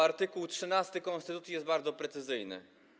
Art. 13 konstytucji jest bardzo precyzyjny.